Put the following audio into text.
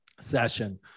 session